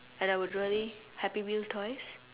and I would really happy meal toys